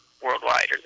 worldwide